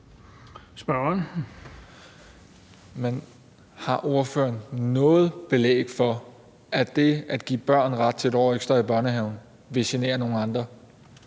har ordføreren noget belæg for, at det at give børn ret til 1 år ekstra i børnehaven vil genere nogen andre?